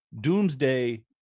doomsday